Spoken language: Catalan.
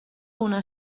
una